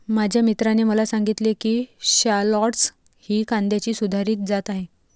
माझ्या मित्राने मला सांगितले की शालॉट्स ही कांद्याची सुधारित जात आहे